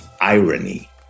irony